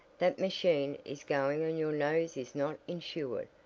that machine is going and your nose is not insured.